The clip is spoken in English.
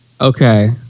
Okay